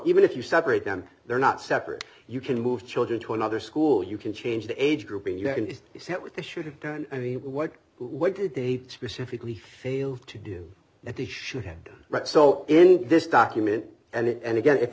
even if you separate them they're not separate you can move children to another school you can change the age grouping you're in the set with a should have done i mean what what did they specifically fail to do that he should have done right so in this document and again if